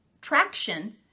traction